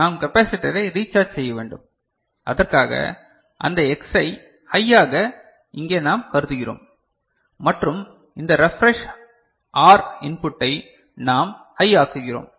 நாம் கேபாசிடரை ரீசார்ஜ் செய்ய வேண்டும் அதற்காக இந்த Xஐ ஹையாக இங்கே நாம் கருதுகிறோம் மற்றும் இந்த ரெப்ரெஷ் R இன்புட்டை நாம் ஹை ஆக்குகிறோம்